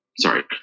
sorry